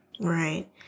right